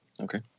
Okay